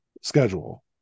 schedule